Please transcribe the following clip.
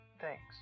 thanks